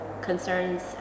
concerns